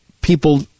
people